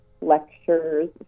lectures